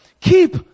Keep